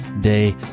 day